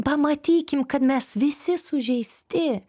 pamatykim kad mes visi sužeisti